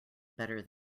better